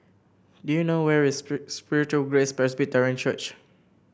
do you know where is Spiritual Grace Presbyterian Church